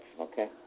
Okay